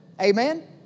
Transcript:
Amen